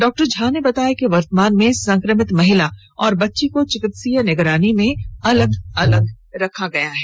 doctor Jha ने बताया कि वर्तमान में संक्रमित महिला और बच्ची को चिकित्सीय निगरानी में अलग अलग रखा गया है